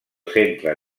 centre